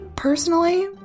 Personally